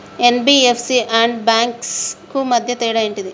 NBFC and banks కు మధ్య తేడా ఏంటిది?